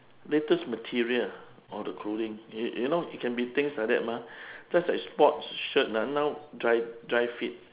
latest material or the clothing you you know it can be things like that mah just like sports shirt ah now dri dri fit